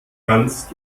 kannst